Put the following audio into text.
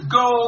go